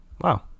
Wow